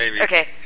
Okay